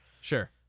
Sure